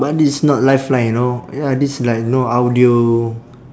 but this not life line you know ya this like know audio